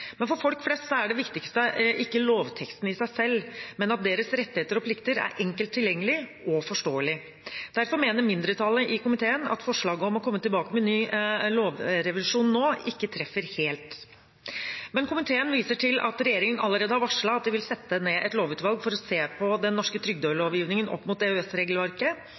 For folk flest er imidlertid det viktigste ikke lovteksten i seg selv, men at deres rettigheter og plikter er enkelt tilgjengelig og forståelig. Derfor mener mindretallet i komiteen at forslaget om å komme tilbake med ny lovrevisjon nå ikke treffer helt. Men komiteen viser til at regjeringen allerede har varslet at de vil sette ned et lovutvalg for å se på den norske trygdelovgivningen opp mot